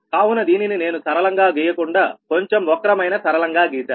కావున దీనిని నేను సరళంగా గీయకుండా కొంచెం వక్రమైన సరళంగా గీశాను